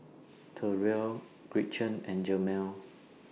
Terell Gretchen and Jemal